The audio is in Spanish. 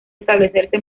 establecerse